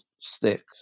sticks